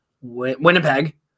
Winnipeg